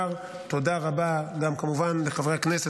אומר תודה רבה גם כמובן לחברי הכנסת,